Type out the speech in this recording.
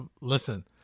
Listen